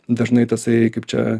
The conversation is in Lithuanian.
dažnai tasai kaip čia